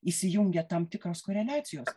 įsijungia tam tikros koreliacijos